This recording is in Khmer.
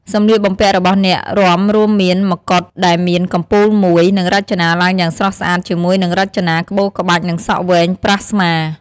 សម្លៀកបំពាក់របស់អ្នករាំរួមមានមកុដដែលមានកំពូលមួយ និងរចនាឡើងយ៉ាងស្រស់ស្អាត ជាមួយនឹងរចនាក្បូរក្បាច់ និងសក់វែងប្រះស្មា។